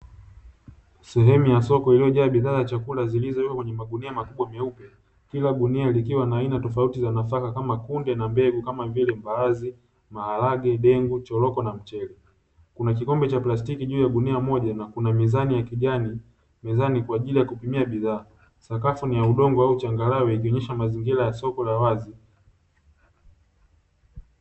Sehemu ya soko iliyojaa bidhaa ya chakula zilizowekwa kwenye magunia makubwa meupe kila gunia likiwa na aina tofauti za nafaka kama kunde na mbegu kama vile mbaazi, maharage, dengu, choroko na mchele kuna kikombe cha plastiki juu ya gunia moja na kuna mizani ya kijani; mezani kwa ajili ya kupimia bidhaa sakafu ni ya udongo au changarawe ikionyesha mazingira ya soko la wazi.